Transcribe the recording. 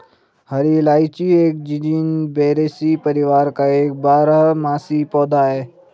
हरी इलायची एक जिंजीबेरेसी परिवार का एक बारहमासी पौधा है